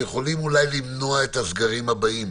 שיכולים אולי למנוע את הסגרים הבאים.